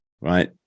right